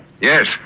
Yes